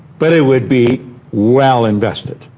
but it would be well-invested,